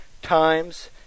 Times